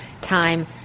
time